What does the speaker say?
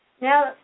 Now